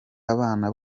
abana